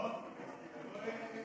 לא שומעים.